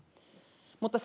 mutta